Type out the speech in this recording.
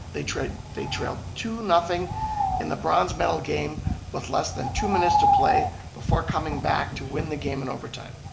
they trailed they trailed two nothing in the bronze medal game with less than two minutes to play before coming back to win the game in overtime.